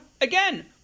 Again